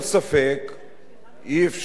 אי-אפשר לגנות